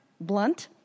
blunt